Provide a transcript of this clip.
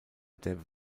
der